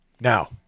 Now